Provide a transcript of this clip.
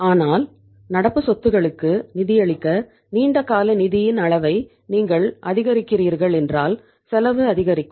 ஆனால் நடப்பு சொத்துக்களுக்கு நிதியளிக்க நீண்ட கால நிதியின் அளவை நீங்கள் அதிகரிக்கிறீர்கள் என்றால் செலவு அதிகரிக்கும்